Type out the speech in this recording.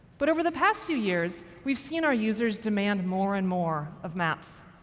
but, over the past few years, we've seen our users demand more and more of maps.